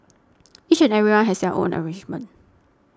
each and everyone has their own arrangement